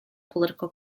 political